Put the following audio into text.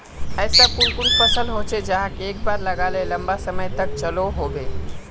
ऐसा कुन कुन फसल होचे जहाक एक बार लगाले लंबा समय तक चलो होबे?